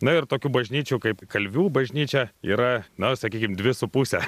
na ir tokių bažnyčių kaip kalvių bažnyčia yra na sakykim dvi su puse